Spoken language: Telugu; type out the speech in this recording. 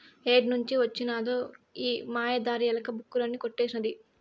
ఏడ్నుంచి వొచ్చినదో ఈ మాయదారి ఎలక, బుక్కులన్నీ కొట్టేసినాది